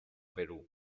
perú